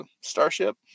starship